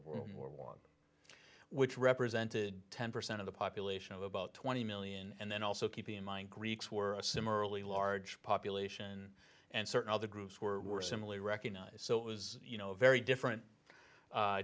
or one which represented ten percent of the population of about twenty million and then also keep in mind greeks were a similarly large population and certain other groups were similarly recognized so it was you know a very different